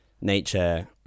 nature